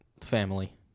family